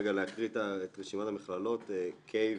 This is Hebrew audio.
רגע להקריא את רשימת המכללות: קיי,